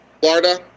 Florida